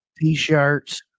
t-shirts